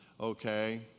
okay